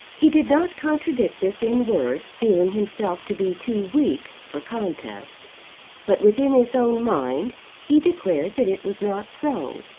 he did not contradict this in words, feeling himself to be too weak for contest but within his own mind he declared that it was not so.